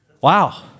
wow